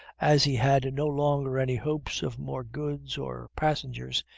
as he had no longer any hopes of more goods or passengers,